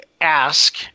Ask